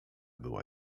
była